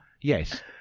Yes